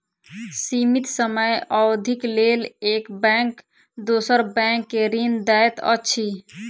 सीमित समय अवधिक लेल एक बैंक दोसर बैंक के ऋण दैत अछि